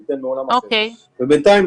בינתיים,